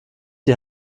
die